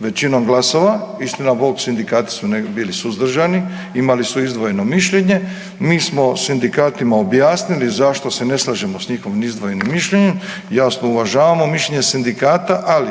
većinom glasova. Istina Bog, sindikati su bili suzdržani, imali su izdvojeno mišljenje, mi smo sindikatima objasnili zašto se ne slažemo s njihovim izdvojenim mišljenjem, jasno, uvažavamo mišljenje sindikata, ali